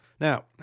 Now